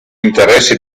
interessi